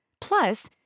Plus